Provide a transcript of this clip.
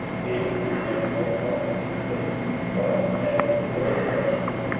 and would make no partisan statement but as a moral question,